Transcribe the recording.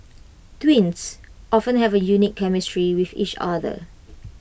twins often have A unique chemistry with each other